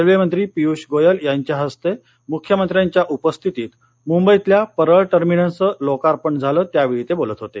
railway मंत्री पियुष गोयल यांच्या हस्ते मुख्यमंत्र्यांच्या उपस्थितीत मुंबईतल्या परळ टर्मिनसचं लोकार्पण झालं त्यावेळी ते बोलत होते